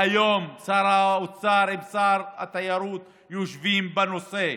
והיום שר האוצר ושר התיירות יושבים על נושא.